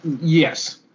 Yes